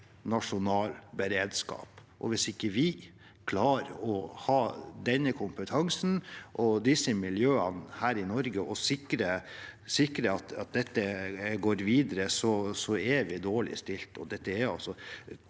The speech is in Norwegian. nasjonal beredskap. Og hvis ikke vi klarer å ha denne kompetansen og disse miljøene her i Norge og sikre at dette videreføres, så er vi dårlig stilt.